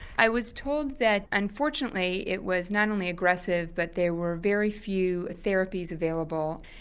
i was told that unfortunately it was not only aggressive but there were very few therapies available,